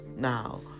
Now